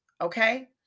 okay